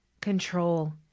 control